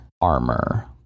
armor